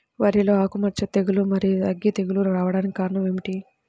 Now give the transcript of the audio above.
వరిలో ఆకుమచ్చ తెగులు, మరియు అగ్గి తెగులు రావడానికి కారణం ఏమిటి?